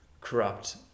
corrupt